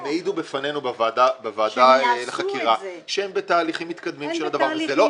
הם העידו לפנינו בוועדה לחקירה שהם בתהליכים מתקדמים של הדבר הזה.